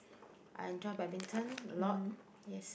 I enjoy badminton a lot yes